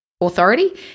authority